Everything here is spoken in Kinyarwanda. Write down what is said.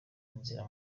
inzira